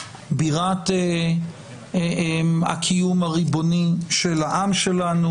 בירת הקיום הריבוני של העם שלנו.